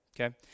okay